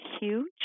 huge